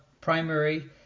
primary